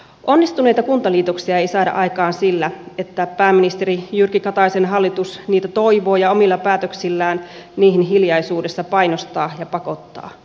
onnistuneita kuntaliitoksia ei saada aikaan sillä että pääministeri jyrki kataisen hallitus niitä toivoo ja omilla päätöksillään niihin hiljaisuudessa painostaa ja pakottaa